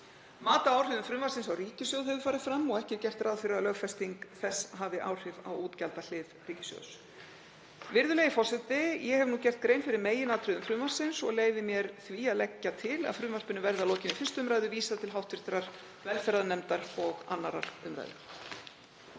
Mat á áhrifum frumvarpsins á ríkissjóð hefur farið fram og ekki er gert ráð fyrir að lögfesting þess hafi áhrif á útgjaldahlið ríkissjóðs. Virðulegi forseti. Ég hef nú gert grein fyrir meginatriðum frumvarpsins og leyfi mér því að leggja til að því verði að lokinni 1. umr. vísað til hv. velferðarnefndar og 2. umr.